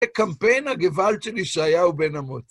זה קמפיין הגוועאלד של ישעיהו בן אמוץ